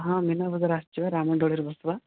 ହଁ ମୀନାବଜାର ଆସିଛି ବା ରାମଦୋଳିରେ ବସିବା